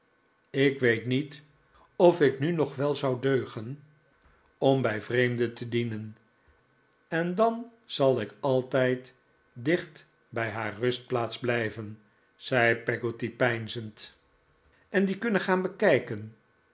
ik weet niet of ik nu nog wel zou deugen om bij vreemden te dienen en dan zai ik altijd dicht bij haar rustplaats blijven zei peggotty peinzend en die kunnen gaan bekijken